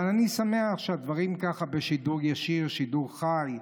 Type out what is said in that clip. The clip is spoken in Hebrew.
אבל אני שמח שהדברים ככה בשידור ישיר, שידור חי,